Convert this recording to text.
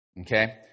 Okay